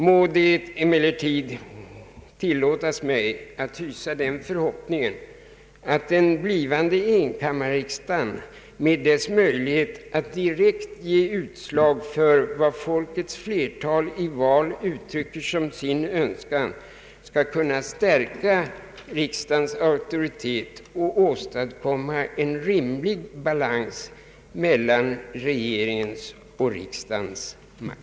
Må det emellertid tillåtas mig att hysa den förhoppningen, att den blivande enkammarriksdagen med dess möjlighet att ge direkt utslag för vad folkets flertal i val uttrycker som sin önskan skall kunna stärka riksdagens auktoritet och åstadkomma en rimlig balans mellan regeringens och riksdagens makt.